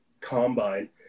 Combine